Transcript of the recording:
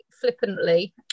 flippantly